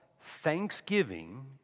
thanksgiving